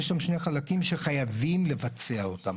יש שם שני חלקים שחייבים לבצע אותם.